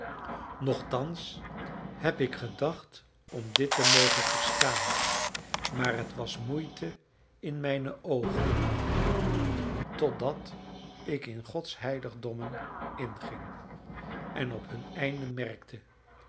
nochtans heb ik gedacht om dit te mogen verstaan maar het was moeite in mijne oogen totdat ik in gods heiligdommen inging en op hun einde merkte